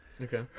Okay